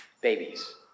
babies